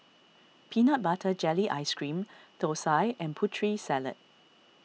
Peanut Butter Jelly Ice Cream Thosai and Putri Salad